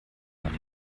nach